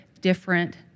different